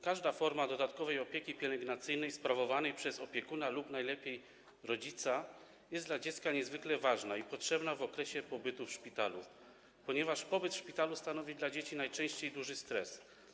Każda forma dodatkowej opieki pielęgnacyjnej sprawowanej przez opiekuna lub najlepiej rodzica jest dla dzieci niezwykle ważna i potrzebna w okresie pobytu w szpitalu, ponieważ pobyt w szpitalu najczęściej stanowi dla dzieci duży stres.